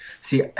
See